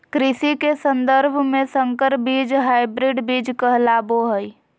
कृषि के सन्दर्भ में संकर बीज हायब्रिड बीज कहलाबो हइ